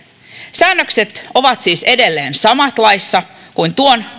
säännökset ovat siis edelleen samat laissa kuin tuon